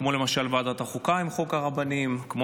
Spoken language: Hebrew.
כמו ועדת החוקה עם חוק הרבנים, כמו